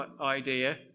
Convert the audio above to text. idea